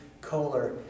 Kohler